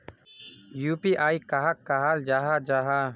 UPI कहाक कहाल जाहा जाहा?